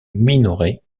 minoret